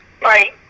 Right